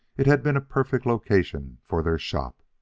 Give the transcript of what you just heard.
it had been a perfect location for their shop.